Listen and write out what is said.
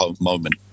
moment